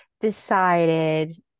decided